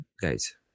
guys